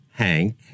Hank